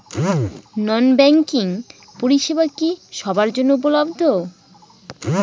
নন banking পরিষেবা কি সবার জন্য উপলব্ধ?